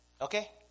Okay